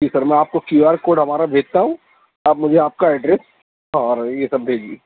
جی sir میں آپ کو کیو آر کوڈ ہمارا بھیجتا ہوں آپ مجھے آپ کا ایڈریس اور یہ سب بھیجیے